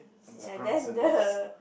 ya then the